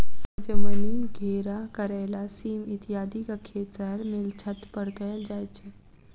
सजमनि, घेरा, करैला, सीम इत्यादिक खेत शहर मे छत पर कयल जाइत छै